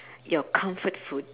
your comfort food